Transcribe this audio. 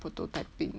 prototyping